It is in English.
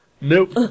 Nope